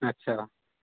अच्छा